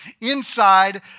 inside